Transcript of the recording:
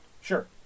Sure